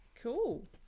cool